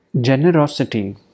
Generosity